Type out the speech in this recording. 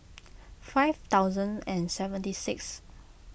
five thousand and seventy sixth